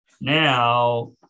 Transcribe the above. Now